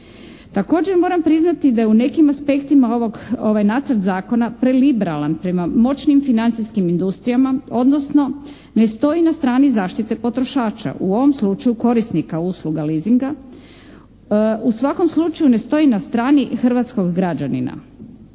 Također moram priznati da je u nekim aspektima ovog, ovaj nacrt zakona preliberalan prema moćnim financijskim industrijama, odnosno ne stoji na strani zaštite potrošača, u ovom slučaju korisnika usluga leasinga. U svakom slučaju ne stoji na strani hrvatskog građanina.